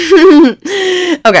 Okay